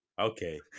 Okay